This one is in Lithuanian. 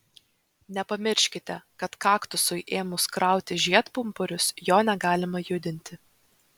nepamirškite kad kaktusui ėmus krauti žiedpumpurius jo negalima judinti